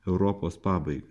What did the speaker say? europos pabaigą